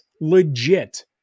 legit